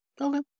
Okay